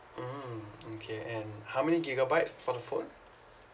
mm okay and how many gigabyte for the phone